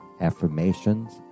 affirmations